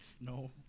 No